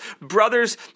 brothers